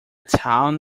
town